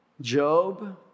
Job